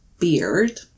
beard